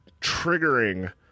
triggering